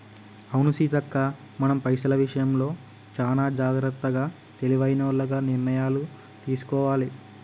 అవును సీతక్క మనం పైసల విషయంలో చానా జాగ్రత్తగా తెలివైనోల్లగ నిర్ణయాలు తీసుకోవాలి